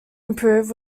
improved